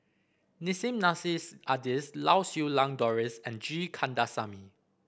Nissim Nassim Adis Lau Siew Lang Doris and G Kandasamy